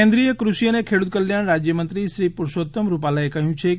કેન્દ્રીય કૃષિ અને ખેડૂત કલ્યાણ રાજ્યમંત્રી શ્રી પુરૂષોત્તમ રૂપાલાએ કહ્યું છે કે